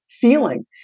feeling